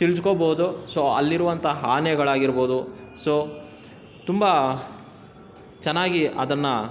ತಿಳಿದ್ಕೋಬೋದು so ಅಲ್ಲಿರುವಂಥ ಆನೆಗಳಾಗಿರ್ಬೋದು so ತುಂಬ ಚೆನ್ನಾಗಿ ಅದನ್ನು